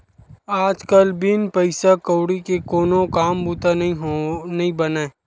आज कल बिन पइसा कउड़ी के कोनो काम बूता नइ बनय